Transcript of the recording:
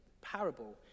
parable